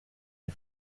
iyo